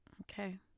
Okay